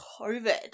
covid